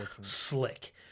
slick